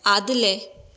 आदलें